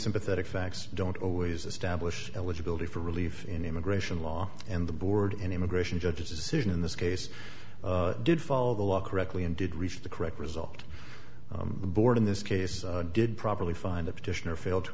sympathetic facts don't always establish eligibility for relief in immigration law and the board in immigration judge's decision in this case did follow the law correctly and did reach the correct result the board in this case did properly find a petitioner failed to